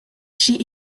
she